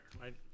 right